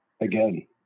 again